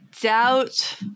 doubt